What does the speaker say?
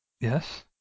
Yes